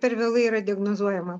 per vėlai yra diagnozuojama